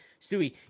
Stewie